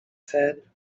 said